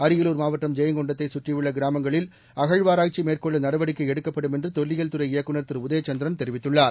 அரியலூர் மாவட்டம் ஜெயங்கொண்டத்தை கற்றியுள்ள கிராமங்களில் அகழ்வாராய்ச்சி மேற்கொள்ள நடவடிக்கை எடுக்கப்படும் என்று தொல்லியல் துறை இயக்குநர் திரு உதயசந்திரன் தெரிவித்துள்ளார்